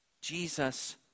Jesus